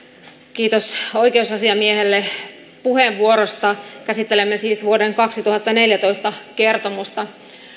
kiitos oikeusasiamiehelle puheenvuorosta käsittelemme siis vuoden kaksituhattaneljätoista kertomusta